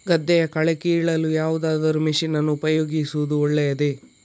ಗದ್ದೆಯ ಕಳೆ ಕೀಳಲು ಯಾವುದಾದರೂ ಮಷೀನ್ ಅನ್ನು ಉಪಯೋಗಿಸುವುದು ಒಳ್ಳೆಯದೇ?